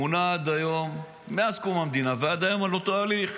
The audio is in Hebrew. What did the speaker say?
מונה מאז קום המדינה ועד היום באותו הליך.